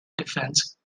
defence